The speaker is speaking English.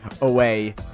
away